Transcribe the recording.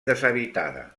deshabitada